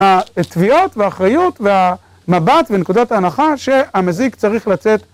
התביעות, והאחריות, והמבט, ונקודת ההנחה שהמזיק צריך לצאת...